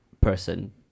person